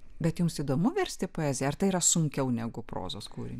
bet jums įdomu versti poeziją ar tai yra sunkiau negu prozos kūrinį